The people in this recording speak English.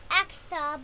extra